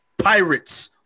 Pirates